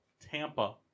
Tampa